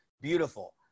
beautiful